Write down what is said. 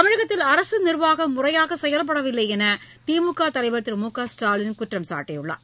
தமிழகத்தில் அரசு நிர்வாகம் முறையாக செயல்படவில்லை என்று திமுக தலைவர் திரு மு க ஸ்டாலின் குற்றம் சாட்டியுள்ளார்